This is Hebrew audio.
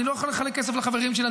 אני לא יכול לחלק כסף לחברים שלי,